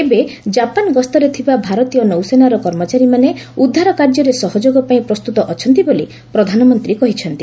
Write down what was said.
ଏବେ ଜାପାନ ଗସ୍ତରେ ଥିବା ଭାରତୀୟ ନୌସେନାର କର୍ମଚାରୀମାନେ ଉଦ୍ଧାର କାର୍ଯ୍ୟରେ ସହଯୋଗପାଇଁ ପ୍ରସ୍ତୁତ ଅଛନ୍ତି ବୋଲି ପ୍ରଧାନମନ୍ତ୍ରୀ କହିଛନ୍ତି